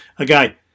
Okay